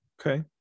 Okay